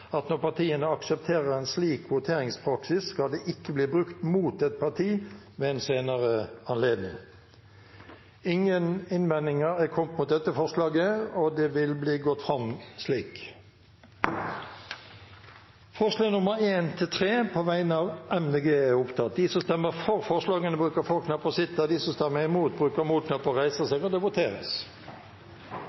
at når partiene aksepterer en slik voteringspraksis, skal dette ikke bli brukt mot et parti ved en senere anledning. Ingen innvendinger er kommet mot dette forslaget – og det vil bli gått fram slik. Det voteres over forslagene nr. 1–3, fra Miljøpartiet De Grønne. Forslag nr. 1 lyder: «Stortinget ber regjeringen fremme forslag om å endre lov om Statens pensjonsfond for å muliggjøre å bevilge 1 pst. av BNI og